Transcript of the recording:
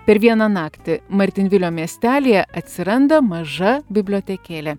per vieną naktį martinvilio miestelyje atsiranda maža bibliotekėlė